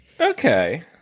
Okay